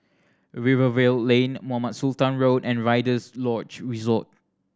Rivervale Lane Mohamed Sultan Road and Rider's Lodge Resort